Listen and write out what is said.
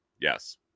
Yes